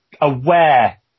aware